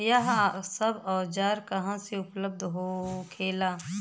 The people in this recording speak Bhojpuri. यह सब औजार कहवा से उपलब्ध होखेला?